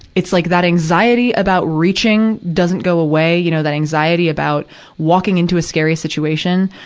it's like that anxiety about reaching doesn't go away, you know, that anxiety about walking into a scary situation.